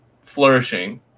flourishing